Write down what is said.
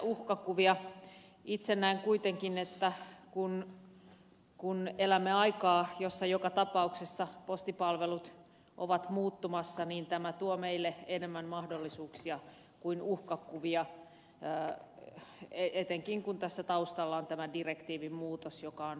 itse näen kuitenkin että kun elämme aikaa jossa joka tapauksessa postipalvelut ovat muuttumassa niin tämä tuo meille enemmän mahdollisuuksia kuin uhkakuvia etenkin kun tässä taustalla on tämän direktiivin muutos joka on väistämätön